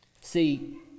See